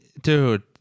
dude